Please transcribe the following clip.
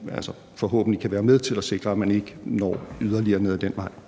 hvilket forhåbentlig kan være med til at sikre, at man ikke når yderligere ned ad den vej.